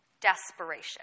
Desperation